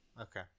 Okay